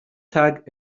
tag